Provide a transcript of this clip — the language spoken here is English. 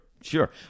sure